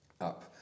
up